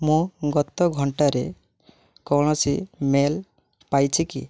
ମୁଁ ଗତ ଘଣ୍ଟାରେ କୌଣସି ମେଲ୍ ପାଇଛି କି